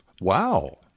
Wow